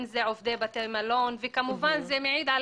אם אלה עובדי בתי מלון וכמובן זה מעיד על